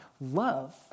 Love